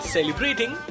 Celebrating